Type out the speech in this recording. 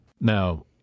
Now